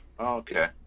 okay